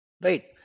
right